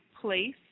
place